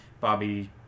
Bobby